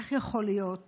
איך יכול להיות